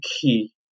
key